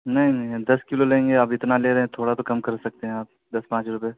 نہیں نہیں دس کلو لیں گے آپ اتنا لے رہے ہیں تھوڑا تو کم کر سکتے ہیں آپ دس پانچ روپے